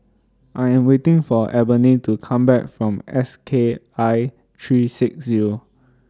I Am waiting For Ebony to Come Back from S K I three six Zero